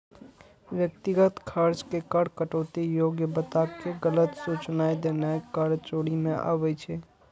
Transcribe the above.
व्यक्तिगत खर्च के कर कटौती योग्य बताके गलत सूचनाय देनाय कर चोरी मे आबै छै